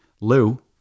Lou